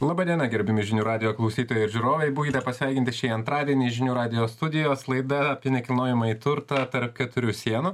laba diena gerbiami žinių radijo klausytojai ir žiūrovai būkite pasveikinti šį antradienį žinių radijo studijos laida apie nekilnojamąjį turtą tarp keturių sienų